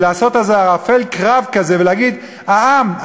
ולעשות איזה ערפל קרב כזה ולהגיד: העם,